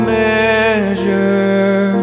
measure